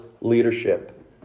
leadership